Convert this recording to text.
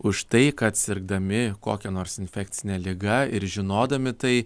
už tai kad sirgdami kokia nors infekcine liga ir žinodami tai